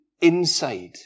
inside